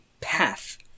path